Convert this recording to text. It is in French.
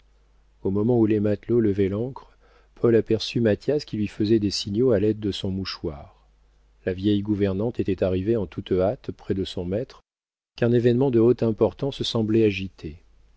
au moment où les matelots levaient l'ancre paul aperçut mathias qui lui faisait des signaux à l'aide de son mouchoir la vieille gouvernante était arrivée en toute hâte près de son maître qu'un événement de haute importance semblait agiter